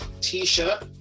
T-shirt